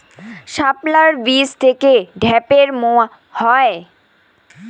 শাপলার বীজ থেকে ঢ্যাপের মোয়া হয়?